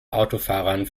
autofahrern